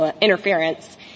interference